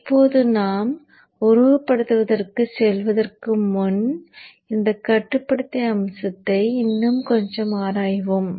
இப்போது நாம் உருவகப்படுத்துதலுக்குச் செல்வதற்கு முன் இந்த கட்டுப்படுத்தி அம்சத்தை இன்னும் கொஞ்சம் ஆராய்வோம்